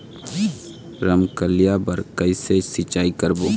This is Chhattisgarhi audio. रमकलिया बर कइसे सिचाई करबो?